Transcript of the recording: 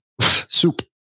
Soup